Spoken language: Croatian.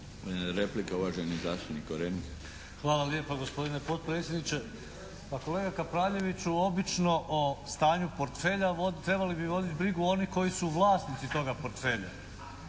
Korenika. **Korenika, Miroslav (SDP)** Hvala lijepa gospodine potpredsjedniče. Pa kolega Kapraljeviću obično o stanju portfelja trebali bi voditi brigu oni koji su vlasnici toga portfelja.